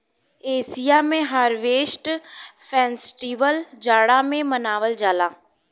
Asia में harvest festival जाड़ा में मनावल जाला